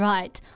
Right